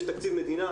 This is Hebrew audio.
יש תקציב מדינה,